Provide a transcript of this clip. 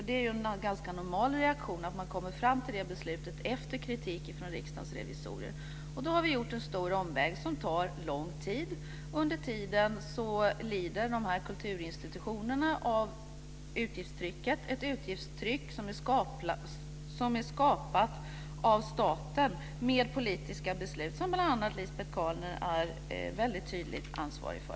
Det är en normal reaktion att komma fram till det beslutet efter kritik från Riksdagens revisorer. Vi har gjort en stor omväg som tar lång tid. Under tiden lider kulturinstitutionerna av utgiftstrycket. Det är ett utgiftstryck som är skapat av staten med politiska beslut, som bl.a. Lisbet Calner är väldigt tydligt ansvarig för.